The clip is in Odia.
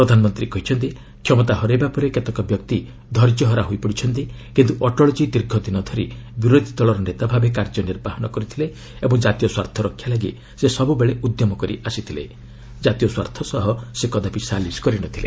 ପ୍ରଧାନମନ୍ତ୍ରୀ କହିଛନ୍ତି କ୍ଷମତା ହରାଇବା ପରେ କେତେକ ବ୍ୟକ୍ତି ଧୈର୍ଯ୍ୟହରା ହୋଇପଡ଼ିଚ୍ଚନ୍ତି କିନ୍ତୁ ଅଟଳଜୀ ଦୀର୍ଘଦିନ ଧରି ବିରୋଧୀ ଦଳର ନେତା ଭାବେ କାର୍ଯ୍ୟ ନିର୍ବାହ କରିଥିଲେ ଏବଂ ଜାତୀୟ ସ୍ୱାର୍ଥ ରକ୍ଷା ଲାଗି ସେ ସବୁବେଳେ ଉଦ୍ୟମ କରି ଆସିଥିଲେ ଜାତୀୟ ସ୍ୱାର୍ଥ ସହ ସେ କଦାପି ସାଲିସ୍ କରିନଥିଲେ